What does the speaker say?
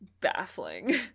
baffling